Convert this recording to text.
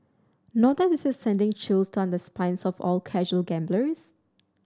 not that this is sending chills down the spines of all casual gamblers